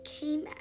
came